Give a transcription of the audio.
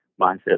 mindset